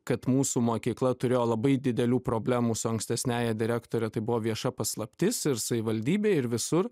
kad mūsų mokykla turėjo labai didelių problemų su ankstesniąja direktore tai buvo vieša paslaptis ir savivaldybej ir visur